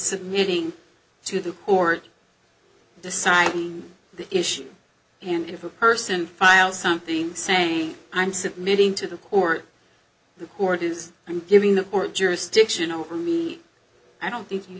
submitting to the court decide the issue and if a person files something saying i'm submitting to the court the court is giving the court jurisdiction over me i don't think you